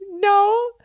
No